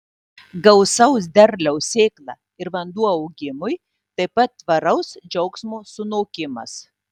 gausaus derliaus sėkla ir vanduo augimui taip pat tvaraus džiaugsmo sunokimas